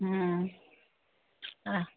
हम्म हा